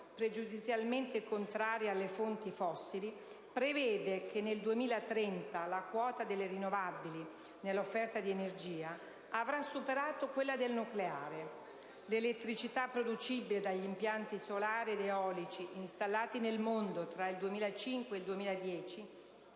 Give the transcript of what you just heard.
pregiudizialmente contraria alle fonti fossili, prevede che nel 2030 la quota delle rinnovabili nell'offerta di energia avrà superato quella del nucleare. L'elettricità producibile dagli impianti solari ed eolici installati nel mondo tra il 2005 e il 2010